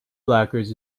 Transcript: blockers